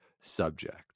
subject